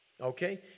Okay